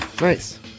Nice